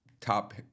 top